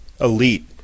elite